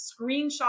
screenshot